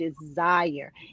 desire